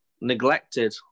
neglected